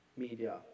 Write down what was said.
media